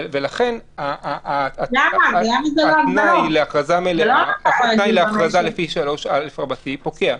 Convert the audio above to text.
ואז התנאי להכרזה לפי 3א פוקע.